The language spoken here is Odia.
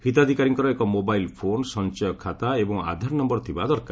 ହିତାଧିକାରୀଙ୍କର ଏକ ମୋବାଇଲ୍ ଫୋନ୍ ସଚୟ ଖାତା ଏବଂ ଆଧାର ନମ୍ଘର ଥିବା ଦରକାର